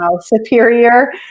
superior